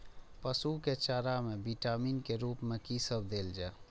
पशु के चारा में विटामिन के रूप में कि सब देल जा?